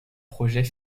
projet